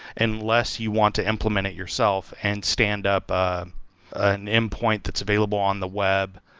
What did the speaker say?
unless you want to implement it yourself and stand up an endpoint that's available on the web,